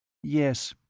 yes.